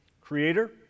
Creator